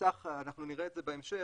אנחנו נראה את זה בהמשך,